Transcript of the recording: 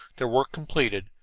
their work completed,